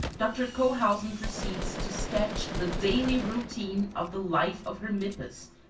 dr. cohausen proceeds to sketch the daily routine of the life of hermippus,